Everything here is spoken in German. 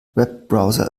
webbrowser